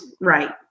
right